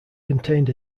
contained